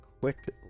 quick